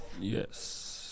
Yes